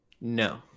No